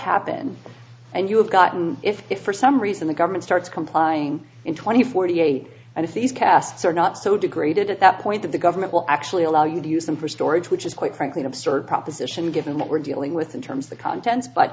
happen and you have gotten if if for some reason the government starts complying in twenty forty eight and if these casts are not so degraded at that point that the government will actually allow you to use them for storage which is quite frankly absurd proposition given what we're dealing with in terms of the contents but